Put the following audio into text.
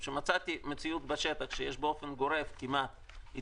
מצאתי מציאות שיש כמעט באופן גורף התנגדות